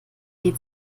die